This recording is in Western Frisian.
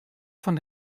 fan